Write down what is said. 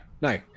no